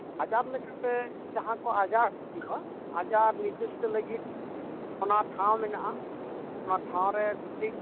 ᱟᱡᱟᱨ ᱞᱮᱠᱟᱛᱮ ᱡᱟᱦᱟᱸ ᱠᱚ ᱟᱡᱟᱨ ᱦᱮᱱᱟᱜᱼᱟ ᱟᱡᱟᱨ ᱱᱤᱨᱫᱤᱥᱴᱚ ᱞᱟᱹᱜᱤᱫ ᱚᱱᱟ ᱴᱷᱟᱶ ᱢᱮᱱᱟᱜᱼᱟ ᱚᱱᱟ ᱴᱷᱟᱶ ᱨᱮ